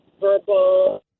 verbal